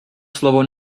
slovo